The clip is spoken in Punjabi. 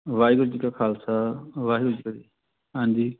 ਵਾਹਿਗੁਰੂ ਜੀ ਕਾ ਖਾਲਸਾ ਵਾਹਿਗੁਰੂ ਜੀ ਕੀ ਫਤਿਹ ਹਾਂਜੀ